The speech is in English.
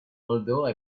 although